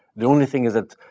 the only thing is that,